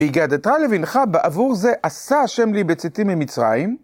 וְהִגַּדְתָּ לְבִנְךָ בַּעֲבוּר זֶה עָשָׂה יְהוָה לִי בְּצֵאתִי מִמִּצְרָיִם.